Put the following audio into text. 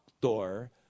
doctor